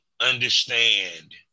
understand